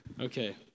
Okay